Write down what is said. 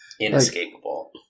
Inescapable